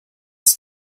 ist